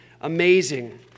amazing